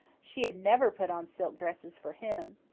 she had never put on silk dresses for him.